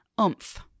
oomph